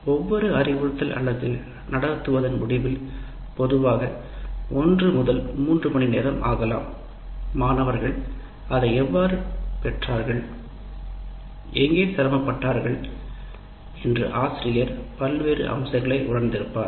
ஒவ்வொரு அறிவுறுத்தல் அலகு நடத்துவதன் முடிவில் பொதுவாக 1 முதல் 3 மணி நேரம் ஆகலாம் மாணவர்கள் அதை எவ்வாறு பெற்றார்கள் எங்கே சிரமப்பட்டார்கள் என்று ஆசிரியர் பல்வேறு அம்சங்களை உணர்ந்திருப்பார்